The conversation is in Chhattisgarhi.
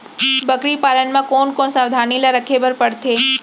बकरी पालन म कोन कोन सावधानी ल रखे बर पढ़थे?